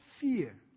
fear